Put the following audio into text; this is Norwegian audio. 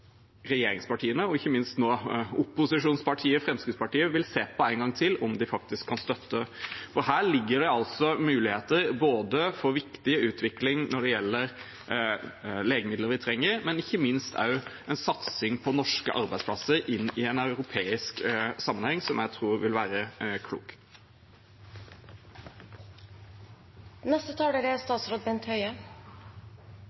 regjeringspartiene og ikke minst nå opposisjonspartiet Fremskrittspartiet vil se på en gang til om de faktisk kan støtte, for her ligger det muligheter for viktig utvikling når det gjelder legemidler vi trenger, og ikke minst også for en satsing på norske arbeidsplasser i en europeisk sammenheng, noe jeg tror vil være klokt. Det er